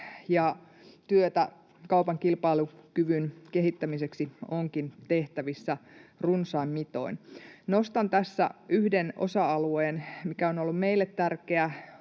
ja työtä kaupan kilpailukyvyn kehittämiseksi onkin tehtävissä runsain mitoin. Nostan tässä yhden osa-alueen, mikä on ollut meille tärkeä: